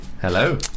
Hello